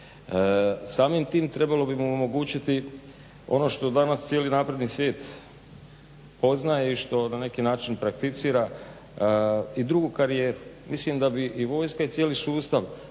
Samim time trebalo bi mu omogućiti ono što danas cijeli napredni svijet poznaje i što na neki način prakticira, i drugu karijeru. Mislim da bi i vojska i cijeli sustav